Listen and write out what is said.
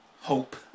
hope